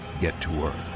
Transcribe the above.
get to earth?